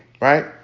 right